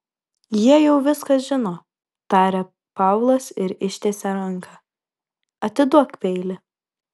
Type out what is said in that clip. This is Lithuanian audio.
jie jau viską žino tarė paulas ir ištiesė ranką atiduok peilį